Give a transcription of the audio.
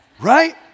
right